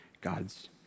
God's